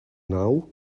now